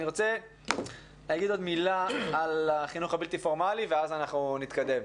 אני רוצה לומר עוד מילה על החינוך הבלתי פורמלי ואז נתקדם.